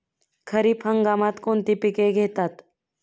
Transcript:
खरीप हंगामात कोणती पिके घेतात?